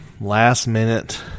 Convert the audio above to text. last-minute